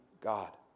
God